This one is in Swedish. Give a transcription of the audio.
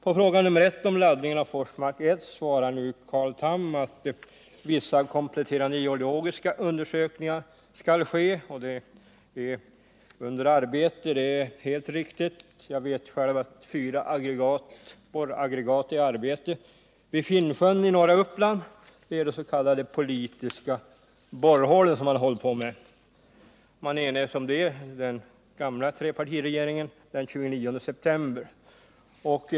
På fråga nr I om laddningen av Forsmark 1 svarade Carl Tham att vissa kompletterande geologiska undersökningar skall företas. Det är riktigt att sådana undersökningar pågår. Jag vet själv att fyra aggregat är i arbete vid Finnsjön i norra Uppland — det är de s.k. politiska borrhålen som man håller på med. Den gamla trepartiregeringen enades om detta den 29 september.